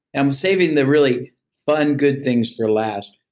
i'm saving the really fun good things for last,